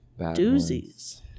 doozies